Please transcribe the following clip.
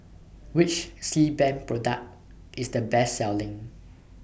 Which Sebamed Product IS The Best Selling